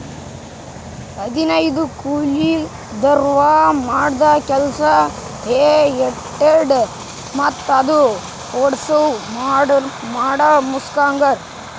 ಹದನೈದು ಕೂಲಿದವ್ರ್ ಮಾಡದ್ದ್ ಕೆಲ್ಸಾ ಹೆ ಟೆಡ್ಡರ್ ಮತ್ತ್ ಅದು ಓಡ್ಸವ್ರು ಮಾಡಮುಗಸ್ತಾರ್